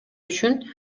үчүн